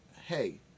hey